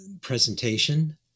presentation